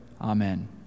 Amen